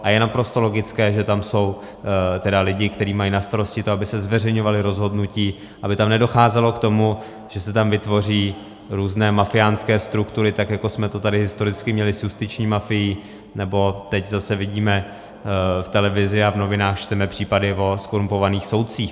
A je naprosto logické, že tam jsou tedy lidé, kteří mají na starosti to, aby se zveřejňovala rozhodnutí, aby tam nedocházelo k tomu, že se tam vytvoří různé mafiánské struktury, tak jako jsme to tady historicky měli s justiční mafií, nebo teď zase vidíme v televizi a v novinách čteme případy o zkorumpovaných soudcích.